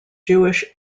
jewish